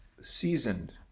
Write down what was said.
seasoned